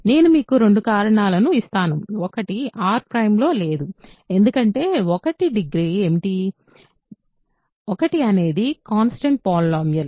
నేను మీకు రెండు కారణాలను ఇస్తాను ఒకటి R ′ లో లేదు ఎందుకంటే 1 డిగ్రీ ఏమిటి 1 అనేది కాన్స్టెంట్ పాలినోమియల్